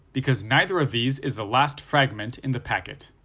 because neither of these is the last fragment in the packet.